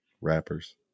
Rappers